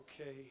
Okay